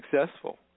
successful